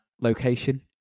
location